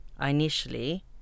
initially